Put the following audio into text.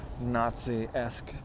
Nazi-esque